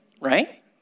right